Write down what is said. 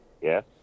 Yes